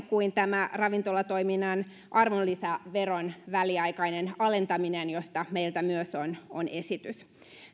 kuin ravintolatoiminnan arvonlisäveron väliaikainen alentaminen josta meiltä myös on esitys